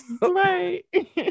right